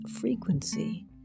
frequency